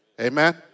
Amen